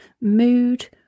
mood